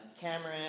Cameron